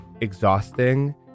exhausting